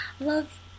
love